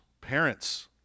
parents